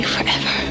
forever